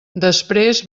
després